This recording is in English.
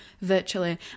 virtually